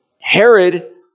Herod